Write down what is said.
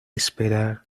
esperar